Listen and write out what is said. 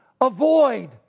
Avoid